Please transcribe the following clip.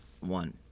one